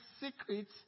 secrets